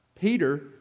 Peter